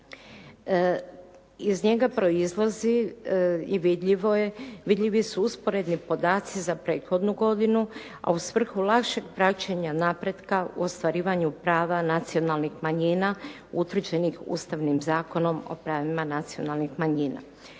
Iz njega proizlazi i vidljivo je, vidljivi su usporedni podaci za prethodnu godinu a u svrhu lakšeg praćenja napretka u ostvarivanju prava nacionalnih manjina utvrđenih Ustavnim zakonom o pravima nacionalnih manjina.